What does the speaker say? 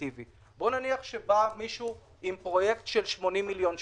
בואו נניח שבא מישהו עם פרויקט של 80 מיליון שקל,